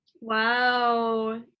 wow